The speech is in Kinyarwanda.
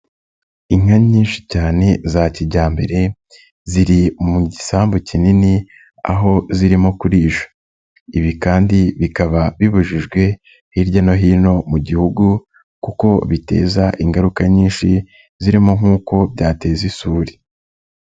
Inka nyinshi cyane za kijyambere ziri mu gisambu kinini aho zirimo kurisha, ibi kandi bikaba bibujijwe hirya no hino mu Gihugu kuko biteza ingaruka nyinshi zirimo nk'uko byateza isuri.